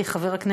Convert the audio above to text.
בבקשה, גברתי.